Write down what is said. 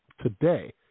today